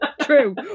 True